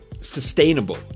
sustainable